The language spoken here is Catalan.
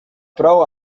prou